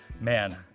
Man